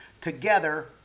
together